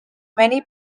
many